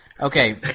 Okay